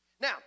Now